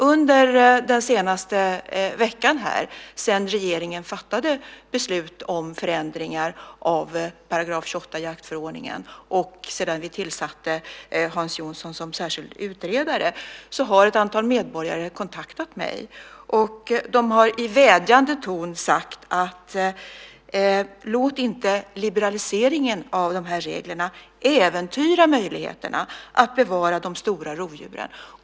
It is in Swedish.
Under den senaste veckan, sedan regeringen fattade beslut om förändringar av § 28 jaktförordningen och sedan vi tillsatte Hans Jonsson som särskild utredare, har ett antal medborgare kontaktat mig. De har i vädjande ton sagt: Låt inte liberaliseringen av reglerna äventyra möjligheten att bevara de stora rovdjuren.